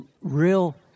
real